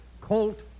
Colt